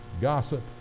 gossip